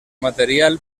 material